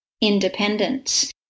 independence